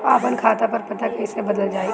आपन खाता पर पता कईसे बदलल जाई?